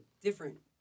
Different